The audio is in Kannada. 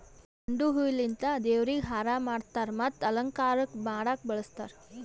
ಚೆಂಡು ಹೂವಿಲಿಂತ್ ದೇವ್ರಿಗ್ ಹಾರಾ ಮಾಡ್ತರ್ ಮತ್ತ್ ಅಲಂಕಾರಕ್ಕ್ ಮಾಡಕ್ಕ್ ಬಳಸ್ತಾರ್